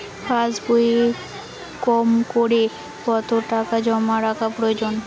পাশবইয়ে কমকরে কত টাকা জমা রাখা প্রয়োজন?